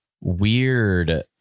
weird